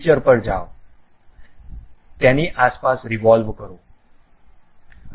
feature પર જાઓ તેની આસપાસ રિવોલ્વ કરો